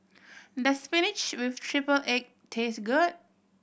does spinach with triple egg taste good